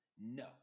no